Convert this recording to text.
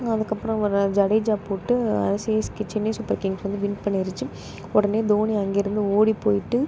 அதுக்கப்புறம் வர்ற ஜடேஜா போட்டு சிஎஸ்கே சென்னை சூப்பர் கிங்ஸ் வந்து வின் பண்ணிடுச்சு உடனே தோனி அங்கிருந்து ஓடிப் போய்ட்டு